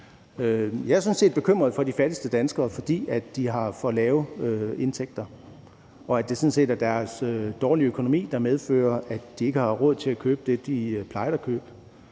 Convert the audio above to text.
Jeg er bekymret for de fattigste danskere, fordi de har for lave indtægter, og det er sådan set deres dårlige økonomi, der medfører, at de ikke råd til at købe det, de plejer at købe.